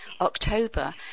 October